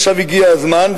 עכשיו הגיע הזמן,